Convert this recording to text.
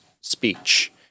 speech